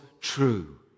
true